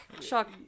shock